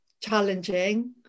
challenging